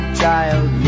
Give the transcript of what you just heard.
child